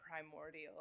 primordial